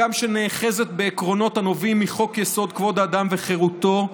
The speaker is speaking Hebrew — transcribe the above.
הגם שהיא נאחזת בעקרונות הנובעים מחוק-יסוד: כבוד האדם וחירותו,